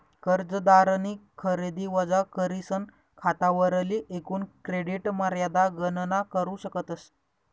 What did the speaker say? कर्जदारनी खरेदी वजा करीसन खातावरली एकूण क्रेडिट मर्यादा गणना करू शकतस